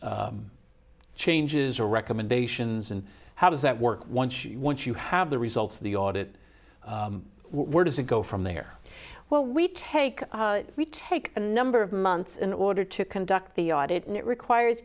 implement changes or recommendations and how does that work once you once you have the results of the audit where does it go from there well we take we take a number of months in order to conduct the audit and it requires